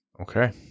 Okay